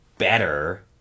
better